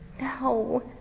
No